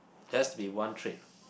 has to be one trait